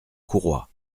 courroies